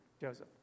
Joseph